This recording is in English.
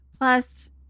Plus